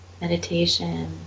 meditation